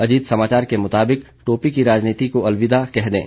अजीत समाचार के मुताबिक टोपी की राजनीति को अलविदा कह दें